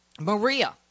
Maria